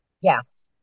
Yes